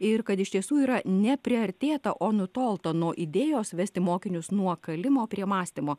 ir kad iš tiesų yra ne priartėta o nutolta nuo idėjos vesti mokinius nuo kalimo prie mąstymo